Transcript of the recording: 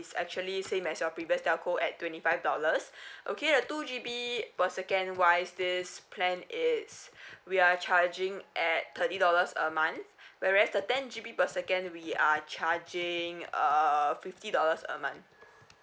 is actually same as your previous telco at twenty nine dollars okay the two G_B per second wise this plan is we are charging at thirty dollars a month whereas the ten G_B per second we are charging err fifty dollars a month